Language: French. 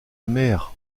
mère